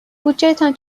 بودجهتان